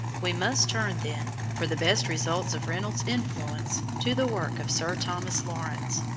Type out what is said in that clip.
we must turn, then, for the best results of reynolds's influence to the work of sir thomas lawrence,